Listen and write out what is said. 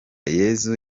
yesu